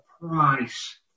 price